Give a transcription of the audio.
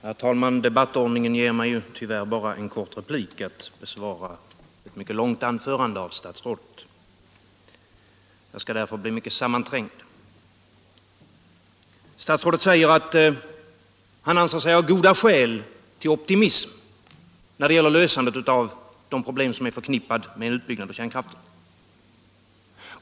Herr talman! Debattordningen ger mig tyvärr bara en kort replik för att besvara ett mycket långt anförande av statsrådet. Mitt anförande blir därför mycket sammanträngt. Statsrådet säger att han anser sig ha goda skäl till optimism när det gäller lösandet av de problem som är förknippade med utbyggandet av kärnkraften.